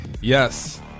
Yes